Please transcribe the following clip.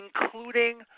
including